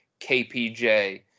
KPJ